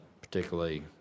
particularly